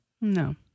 No